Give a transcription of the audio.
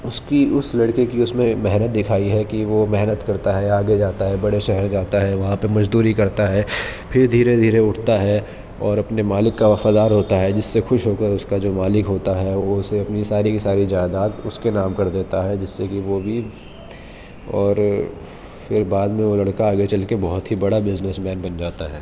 اس کی اس لڑکے کی اس میں محنت دکھائی ہے کہ وہ محنت کرتا ہے آگے جاتا ہے بڑے شہر جاتا ہے وہاں پہ مزدوری کرتا ہے پھر دھیرے دھیرے اٹھتا ہے اور اپنے مالک کا وفادار ہوتا ہے جس سے خوش ہو کر اس کا جو مالک ہوتا ہے وہ اسے اپنی ساری کی ساری جائداد اس کے نام کر دیتا ہے جس سے کہ وہ بھی اور پھر بعد میں وہ لڑکا آگے چل کے بہت ہی بڑا بزنس مین بن جاتا ہے